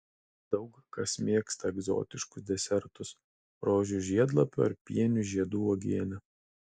daug kas mėgsta egzotiškus desertus rožių žiedlapių ar pienių žiedų uogienę